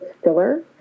stiller